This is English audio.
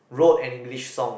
wrote an English song